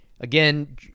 Again